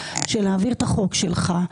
להעביר את החוק שלך,